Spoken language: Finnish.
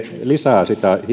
lisäävät